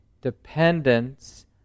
dependence